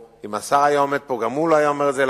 ואם השר היה עומד פה גם הוא לא היה אומר את זה,